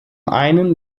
einen